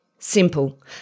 Simple